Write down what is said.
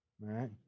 right